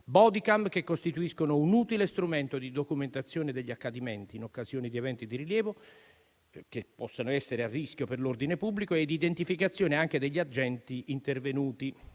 *bodycam* che costituiscono un utile strumento di documentazione degli accadimenti in occasione di eventi di rilievo che possono essere a rischio per l'ordine pubblico, e di identificazione anche degli agenti intervenuti.